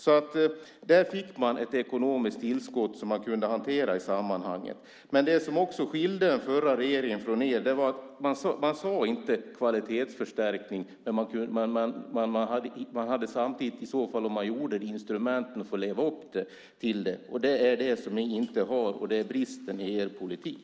Man fick ett ekonomiskt tillskott som man kunde hantera i sammanhanget. Det som skilde den förra regeringen från er var också att man inte talade om kvalitetsförstärkning, men om man hade gjort det hade man samtidigt instrumentet för att leva upp till det. Det har inte ni. Det är bristen i er politik.